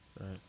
Right